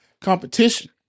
competition